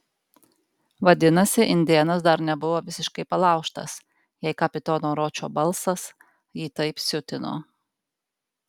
vadinasi indėnas dar nebuvo visiškai palaužtas jei kapitono ročo balsas jį taip siutino